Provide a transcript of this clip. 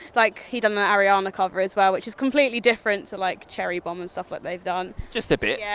like, he'd done that ariana cover as well, which is completely different to, like, cherry bomb and stuff like they've done. just a bit. yeah